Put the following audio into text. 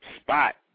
spot